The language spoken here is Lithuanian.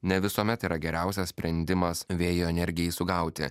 ne visuomet yra geriausias sprendimas vėjo energijai sugauti